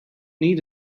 need